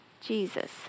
Jesus